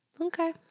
Okay